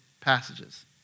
passages